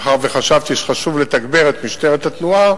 מאחר שחשבתי שחשוב לתגבר את משטרת התנועה